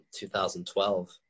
2012